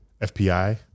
FPI